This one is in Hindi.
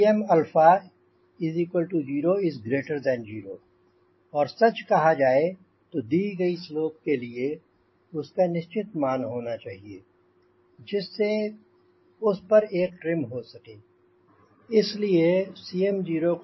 Cm0 0 और सच कहा जाए तो दी गई स्लोप के लिए उसका निश्चित मान होना चाहिए जिससे उस अल्फा पर एक ट्रिम हो सके